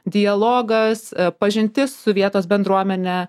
dialogas pažintis su vietos bendruomene